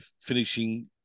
finishing